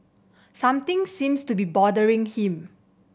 something seems to be bothering him